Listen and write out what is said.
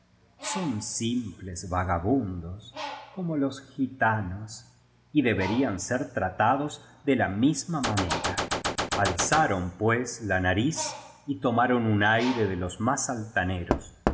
son simples vaga bundos como los gitanos y deberían ser tratados de la misma manera alzaron pues la nariz y tomaron un aire délos más altaneros